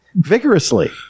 Vigorously